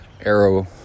Arrow